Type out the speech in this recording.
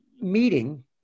meeting